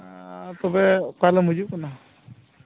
ᱟᱨ ᱛᱚᱵᱮ ᱚᱠᱟ ᱦᱤᱞᱳᱜ ᱮᱢ ᱦᱤᱡᱩᱜ ᱠᱟᱱᱟ